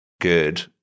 good